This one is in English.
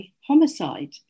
homicide